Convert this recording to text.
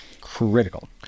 critical